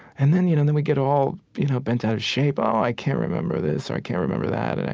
and then you know then we get all you know bent out of shape, ah oh, i can't remember this. i can't remember that. and